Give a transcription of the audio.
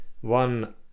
one